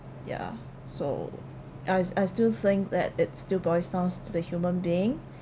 ya so as I still think that it boils down to the human being